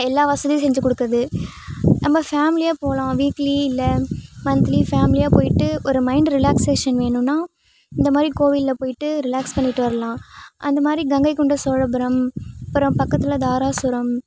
எல்லா வசதியும் செஞ்சு கொடுக்குது நம்ம ஃபேமிலியாக போகலாம் வீக்லி இல்ல மன்ந்த்லி ஃபேமிலியாக போய்ட்டு ஒரு மைண்ட் ரிலேக்சேஷன் வேணும்னா இந்த மாதிரி கோவில்ல போய்ட்டு ரிலாக்ஸ் பண்ணிட்டு வரலாம் அந்த மாதிரி கங்கை கொண்ட சோழபுரம் அப்புறம் பக்கத்தில் தாராசுரம்